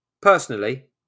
Personally